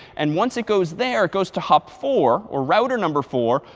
and once it goes there, it goes to hop four or router number four,